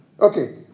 Okay